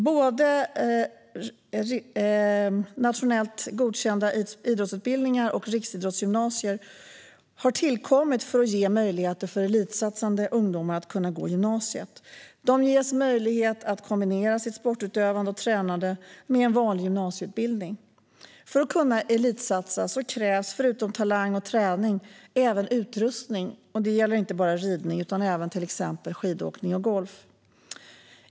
Både nationellt godkända idrottsutbildningar och riksidrottsgymnasier har tillkommit för att ge möjligheter för elitsatsande ungdomar att gå på gymnasiet. De ges möjlighet att kombinera sitt sportutövande och tränande med en vanlig gymnasieutbildning. För att kunna elitsatsa krävs förutom talang och träning även utrustning. Det gäller inte bara ridning, utan även till exempel skidåkning och golf.